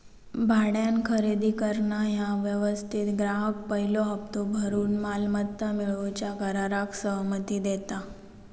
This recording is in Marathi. भाड्यान खरेदी करणा ह्या व्यवस्थेत ग्राहक पयलो हप्तो भरून मालमत्ता मिळवूच्या कराराक सहमती देता